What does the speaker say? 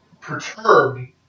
perturbed